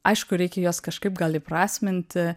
aišku reikia juos kažkaip gal įprasminti